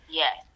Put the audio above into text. yes